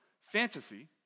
Fantasy